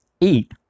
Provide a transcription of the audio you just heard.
eat